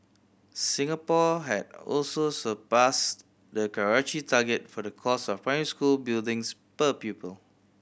Singapore had also surpassed the Karachi target for the cost of primary school buildings per pupil